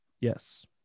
Yes